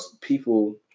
people